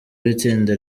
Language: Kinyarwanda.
w’itsinda